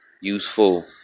useful